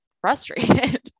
frustrated